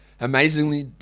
Amazingly